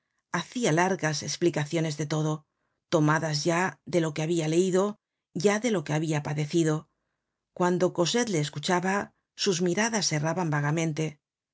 hacia largas espiraciones de todo tomadas ya de lo que habia leido ya de lo que habia padecido cuando cosette le escuchaba sus miradas erraban vagamente